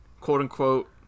quote-unquote